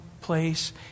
place